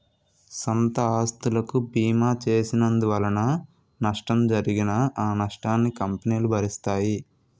సొంత ఆస్తులకు బీమా చేసినందువలన నష్టం జరిగినా ఆ నష్టాన్ని కంపెనీలు భరిస్తాయి